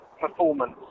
performance